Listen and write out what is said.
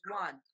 one